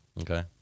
Okay